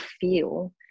feel